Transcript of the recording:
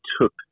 took